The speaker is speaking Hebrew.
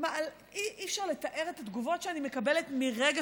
אי-אפשר לתאר את התגובות שאני מקבלת מרגע